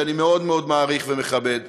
שאני מאוד מאוד מעריך ומכבד: